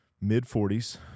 mid-40s